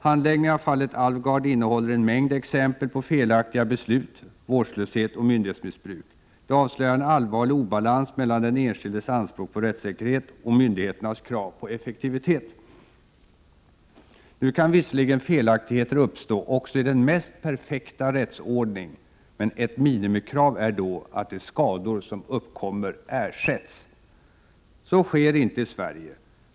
Handläggningen av fallet Alvgard innehåller en mängd exempel på felaktiga beslut, vårdslöshet och myndighetsmissbruk. Det avslöjar en allvarlig obalans mellan den enskildes anspråk på rättssäkerhet och myndigheternas krav på effektivitet. Nu kan visserligen felaktigheter uppstå också i den mest perfekta rättsordning, men ett minimikrav är då att de skador som uppkommer ersätts. Så sker inte i Sverige.